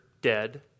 dead